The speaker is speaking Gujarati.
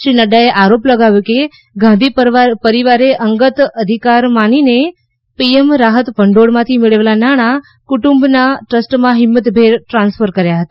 શ્રી નફાએ આરોપ લગાવ્યો કે ગાંધી પરિવારે અંગત અધિકાર માનીને પીએમ રાહત ભંડોળમાથી મેળવેલા નાણાં કુટુંબનાં ટ્રસ્ટમાં હિંમતભેર ટ્રાન્સફર કર્યા હતા